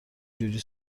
جوری